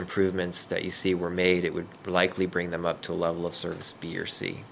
improvements that you see were made it would likely bring them up to a level of service b or c